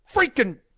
Freaking